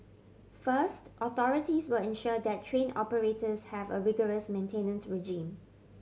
first authorities will ensure that train operators have a rigorous maintenance regime